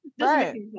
Right